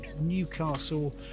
Newcastle